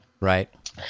right